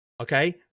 Okay